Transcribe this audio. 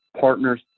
partners